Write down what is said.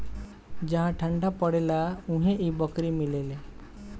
जहा ठंडा परेला उहे इ बकरी मिलेले